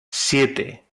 siete